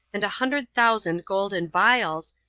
and a hundred thousand golden vials,